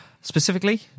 specifically